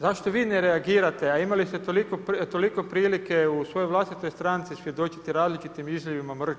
Zašto vi ne reagirate a imali ste toliko prilike u svojoj vlastitoj stranci svjedočiti različitim izljevima mržnje.